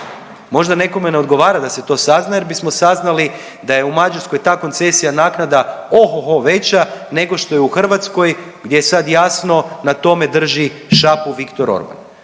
Možda nekome ne odgovara da se to sazna jer bismo saznali da je u Mađarskoj ta koncesija naknada ohoho veća nego što je u Hrvatskoj gdje sad jasno na tome drži šapu Viktor Orban.